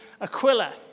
Aquila